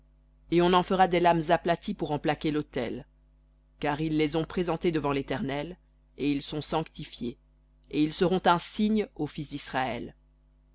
et on en fera des lames aplaties pour en plaquer l'autel car ils les ont présentés devant l'éternel et ils sont sanctifiés et ils seront un signe aux fils d'israël